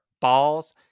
Balls